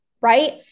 Right